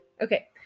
Okay